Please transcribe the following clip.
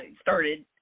started